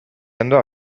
andò